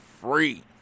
free